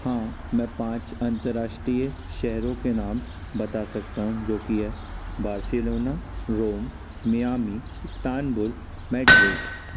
हाँ मैं पाँच अंतर्राष्ट्रीय शहरों के नाम बता सकता हूँ जो कि है Barcelona Rome Miami Istanbul Madrid